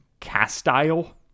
Castile